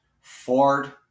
Ford